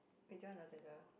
aye do you want lozenges